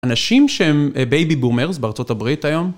אנשים שהם בייבי בומרס בארצות הברית היום?